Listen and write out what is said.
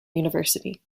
university